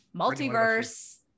multiverse